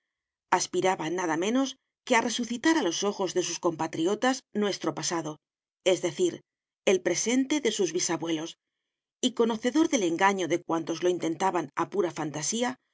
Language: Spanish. aspiraba nada menos que a resucitar a los ojos de sus compatriotas nuestro pasadoes decir el presente de sus bisabuelos y conocedor del engaño de cuantos lo intentaban a pura fantasía